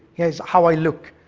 it's how i look.